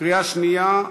קריאה שנייה,